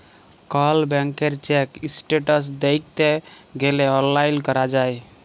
call ব্যাংকের check status দ্যাইখতে গ্যালে অললাইল ক্যরা যায়